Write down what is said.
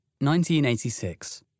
1986